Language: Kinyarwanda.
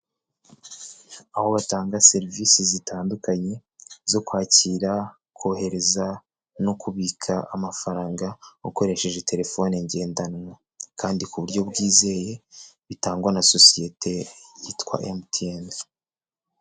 Aho batanga serivisi zitandukanye zo kwakira, kohereza no kubika amafaranga, ukoresheje telefone ngendanwa kandi ku buryo bwizeye bitangwa na sosiyete yitwa MTN.